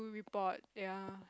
do report ya